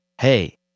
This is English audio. hey